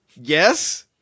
Yes